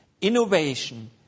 Innovation